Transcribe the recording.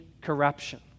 corruption